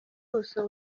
ubuso